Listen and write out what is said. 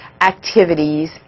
activities